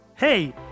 Hey